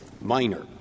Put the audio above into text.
Minor